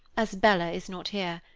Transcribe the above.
as bella is not here.